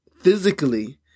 physically